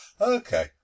Okay